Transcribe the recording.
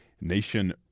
nation